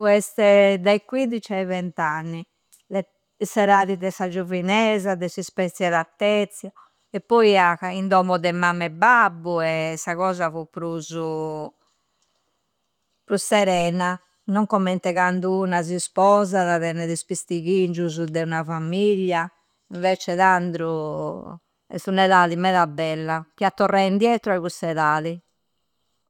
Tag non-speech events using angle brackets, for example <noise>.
Po este dai quindici ai vennt'anni l'e s'etadi de sa giovinesa, de sis spensieratezia. E poi a ca, in dommo de mamma e babbu <hesitation> sa cosa fu prusu <hesitation> pru serena. Non commente candu una si sposada, tennede is pistighingiusu de ua fagmiglia. Invece, tandru este una etadi meda bella chi a torrai indietro a cussa etadi.